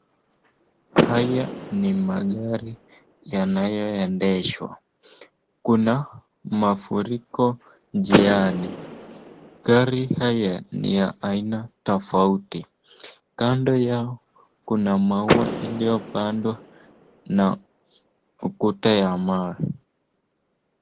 Haya ni magari yanayoendeshwa kuna mafuriko njiani gari haya ni ya aina tofauti. Kando yao kuna maua iliyopandwa na ukuta ya mawe.